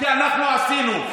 כי אנחנו עשינו.